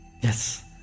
Yes